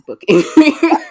booking